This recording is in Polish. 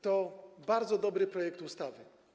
To bardzo dobry projekt ustawy.